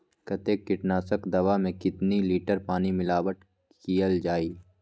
कतेक किटनाशक दवा मे कितनी लिटर पानी मिलावट किअल जाई?